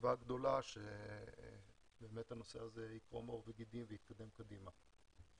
תקווה גדולה שהנושא הזה יקרום עור וגידים ויתקדם קדימה.